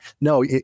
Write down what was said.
No